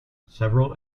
several